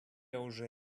уже